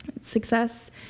success